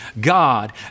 God